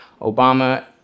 Obama